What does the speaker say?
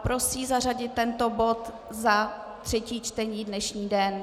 Prosí zařadit tento bod za třetí čtení, dnešní den.